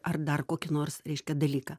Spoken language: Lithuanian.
ar dar kokį nors reiškia dalyką